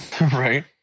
Right